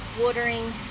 watering